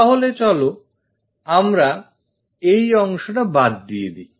তাহলে চলো আমরা এই অংশটা বাদ দিয়ে দিই